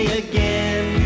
again